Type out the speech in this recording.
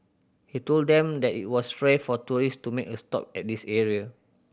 he told them that it was rare for tourist to make a stop at this area